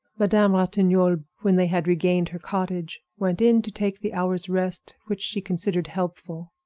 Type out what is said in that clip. madame ratignolle, when they had regained her cottage, went in to take the hour's rest which she considered helpful.